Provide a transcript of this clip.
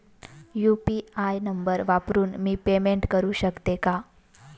UPI number वापरून मी payment करू शकते का?